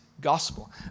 gospel